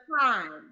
time